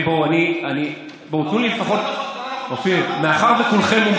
בואו, תנו לי לפחות, אני מכיר את זה.